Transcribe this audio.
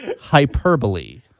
hyperbole